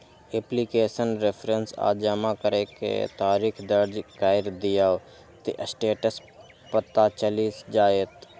application reference आ जमा करै के तारीख दर्ज कैर दियौ, ते स्टेटस पता चलि जाएत